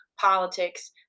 politics